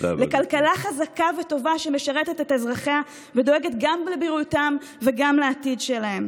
לכלכלה חזקה וטובה שמשרתת את אזרחיה ודואגת גם לבריאותם וגם לעתיד שלהם,